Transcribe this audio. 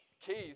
Keith